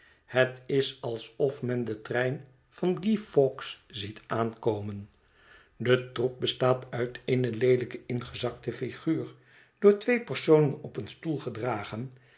het is alsof men den trein van guy fawkes ziet aankomen de troep bestaat uit eene leelijke ineengezakte figuur door twee personen op een stoel gedragen